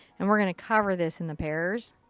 and we're gonna cover this in the pears.